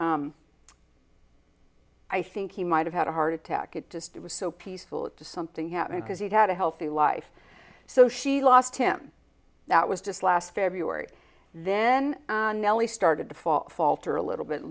i think he might have had a heart attack it just it was so peaceful to something happening because he had a healthy life so she lost him that was just last february then nellie started to fall falter a little bit